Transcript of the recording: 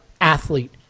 athlete